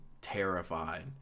terrified